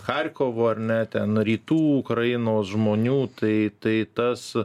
charkovo ar ne ten rytų ukrainos žmonių tai tai tas